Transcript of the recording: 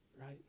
right